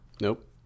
Nope